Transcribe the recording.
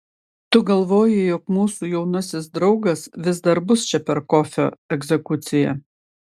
tu galvoji jog mūsų jaunasis draugas vis dar bus čia per kofio egzekuciją